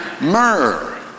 myrrh